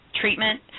treatment